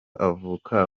avuka